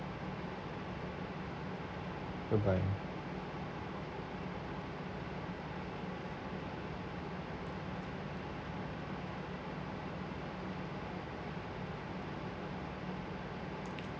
goodbye